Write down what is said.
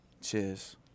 Cheers